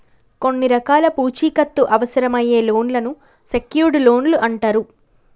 కొన్ని రకాల పూచీకత్తు అవసరమయ్యే లోన్లను సెక్యూర్డ్ లోన్లు అంటరు